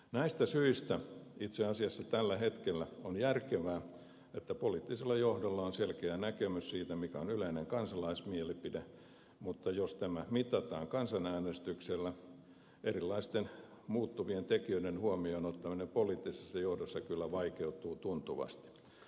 näistä syistä itse asiassa tällä hetkellä on järkevää että poliittisella johdolla on selkeä näkemys siitä mikä on yleinen kansalaismielipide mutta jos tämä mitataan kansanäänestyksellä erilaisten muuttuvien tekijöiden huomioon ottaminen poliittisessa johdossa kyllä vaikeutuu tuntuvasti